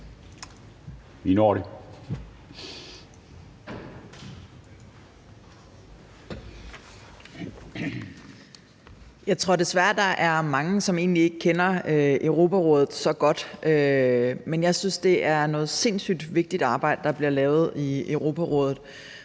Jeg tror desværre, der er mange, som egentlig ikke kender Europarådet så godt, men jeg synes, det er noget sindssyg vigtigt arbejde, der bliver lavet i Europarådet